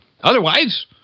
Otherwise